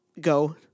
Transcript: go